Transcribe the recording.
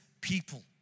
people